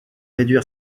réduire